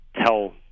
tell